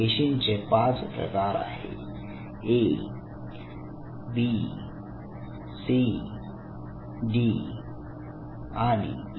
पेशींचे पाच प्रकार आहे A B C D E